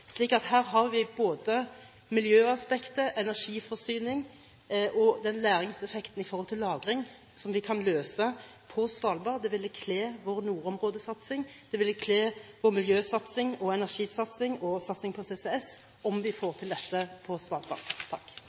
Her har vi både miljøaspektet, energiforsyningen og læringseffekten når det gjelder lagring – som vi kan løse på Svalbard. Det ville kle vår nordområdesatsing, det ville kle vår miljøsatsing og energisatsing og satsing på CCS om vi får til dette på